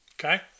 okay